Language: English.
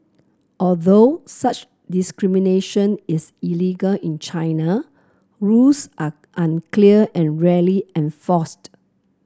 although such discrimination is illegal in China rules are unclear and rarely enforced